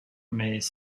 mais